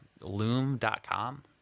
loom.com